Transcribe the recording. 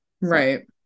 right